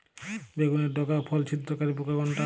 বেগুনের ডগা ও ফল ছিদ্রকারী পোকা কোনটা?